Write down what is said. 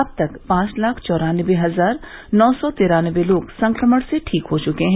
अब तक पांच लाख चौरानबे हजार नौ सौ तिरानबे लोग संक्रमण से ठीक हो चुके हैं